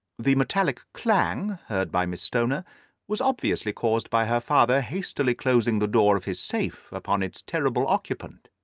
the metallic clang heard by miss stoner was obviously caused by her stepfather hastily closing the door of his safe upon its terrible occupant.